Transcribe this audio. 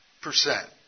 percent